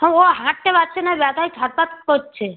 হ্যাঁ ও হাঁটতে পারছে না ব্যথায় ছটফট করছে